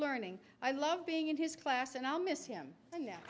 learning i love being in his class and i'll miss him